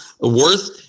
worth